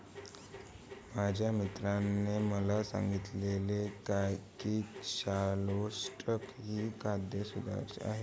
माझ्या मित्राने मला सांगितले की शालॉट्स ही कांद्याची सुधारित जात आहे